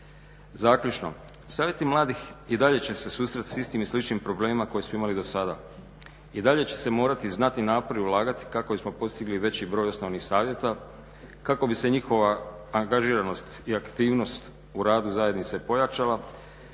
Zaključno savjeti mladih i dalje se susresti s istim i sličnim problemima koje su imali do sada. I dalje će se morati znatni napori ulagati kako bismo postigli veći broj osnovanih savjeta, kako bi se njihova angažiranost i aktivnost u radu zajednice pojačala,